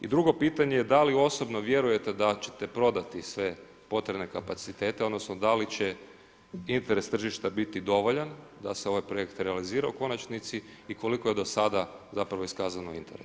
I drugo pitanje, dali osobno vjerujete da ćete prodati sve potrebne kapacitete odnosno da li će interes tržišta biti dovoljan da se ovaj projekt realizira u konačnici i koliko je do sada zapravo iskazano interesa?